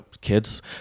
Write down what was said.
kids